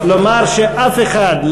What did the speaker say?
לומר שאף אחד,